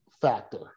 factor